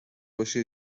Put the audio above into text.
باشی